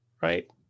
right